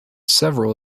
several